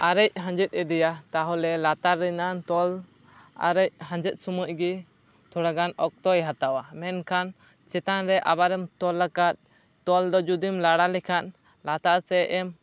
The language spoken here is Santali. ᱟᱨᱮᱡᱽ ᱦᱟᱡᱽᱫ ᱤᱫᱤᱭᱟ ᱛᱟᱦᱚᱞᱮ ᱞᱟᱛᱟᱨ ᱨᱮᱱᱟᱜ ᱛᱚᱞ ᱟᱨᱮᱡᱽ ᱦᱟᱡᱮᱫ ᱥᱳᱢᱳᱡ ᱜᱮ ᱛᱷᱚᱲᱟ ᱜᱟᱱ ᱚᱠᱛᱚᱭ ᱦᱟᱛᱟᱣᱟ ᱢᱮᱱᱠᱷᱟᱱ ᱪᱮᱛᱟᱱ ᱨᱮ ᱟᱵᱟᱨᱮᱢ ᱛᱚᱞ ᱟᱠᱟᱫ ᱛᱚᱞ ᱫᱚ ᱡᱩᱫᱤᱢ ᱞᱟᱲᱟ ᱞᱮᱠᱷᱟᱱ ᱞᱟᱛᱟᱨ ᱥᱮᱡ ᱮᱢ